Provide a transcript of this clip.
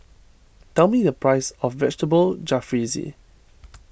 tell me the price of Vegetable Jalfrezi